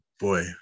boy